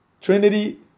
Trinity